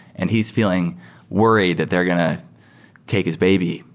and he's feeling worried that they're going to take his baby.